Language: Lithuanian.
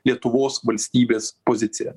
lietuvos valstybės pozicija